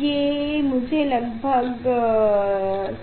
ये मुझे लगभग